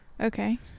Okay